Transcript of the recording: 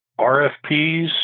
RFPs